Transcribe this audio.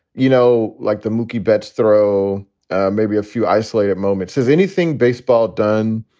you know, like the mookie betts throw maybe a few isolated moments. is anything baseball done